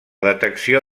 detecció